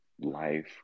life